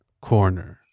Corner